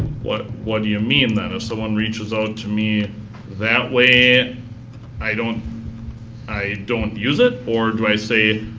what what do you mean then? if someone reaches out to me that way i don't i don't use it? or do i say,